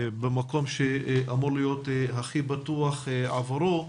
במקום שאמור להיות הכי בטוח עבורו,